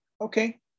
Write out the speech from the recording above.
Okay